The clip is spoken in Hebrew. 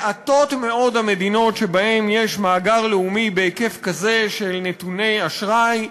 מעטות מאוד המדינות שבהן יש מאגר לאומי בהיקף כזה של נתוני אשראי,